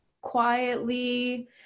quietly